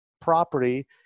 property